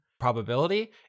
probability